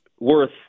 worth